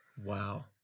Wow